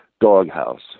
Doghouse